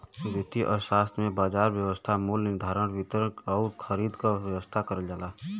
वित्तीय अर्थशास्त्र में बाजार व्यवस्था मूल्य निर्धारण, वितरण आउर खरीद क व्यवस्था करल जाला